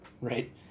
Right